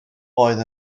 oedd